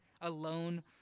alone